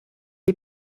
est